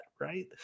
right